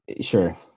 Sure